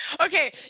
Okay